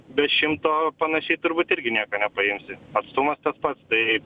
be šimto panašiai turbūt irgi nieko nepaimsi atstumas tas pats tai